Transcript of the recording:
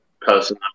person